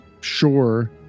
sure